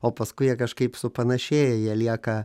o paskui jie kažkaip supanašėja jie lieka